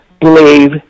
believe